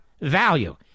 value